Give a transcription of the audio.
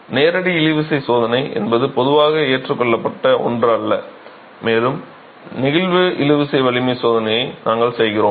நேரடி இழுவிசை சோதனை என்பது பொதுவாக ஏற்றுக்கொள்ளப்பட்ட ஒன்றல்ல மேலும் நெகிழ்வு இழுவிசை வலிமை சோதனையை நாங்கள் செய்கிறோம்